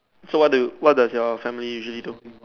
so what do what does your family usually do